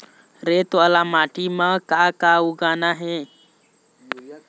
रेत वाला माटी म का का उगाना ये?